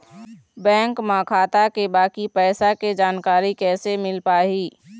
Bank म खाता के बाकी पैसा के जानकारी कैसे मिल पाही?